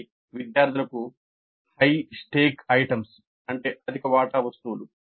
అవి విద్యార్థులకు అధిక వాటా వస్తువులు